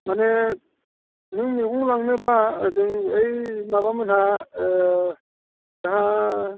माने नों मैगं लांनोब्ला ओजों ओइ माबामोनहा जाहा